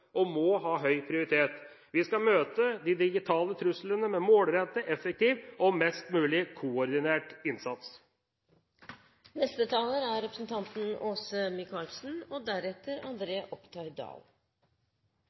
og beste beredskapen, og det må ha høy prioritet. Vi skal møte de digitale truslene med målrettet, effektiv og mest mulig koordinert